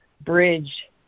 bridge